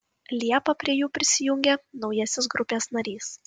liepą prie jų prisijungė naujasis grupės narys